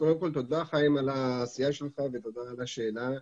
קודם כל, תודה חיים על העשייה שלך ותודה על השאלה.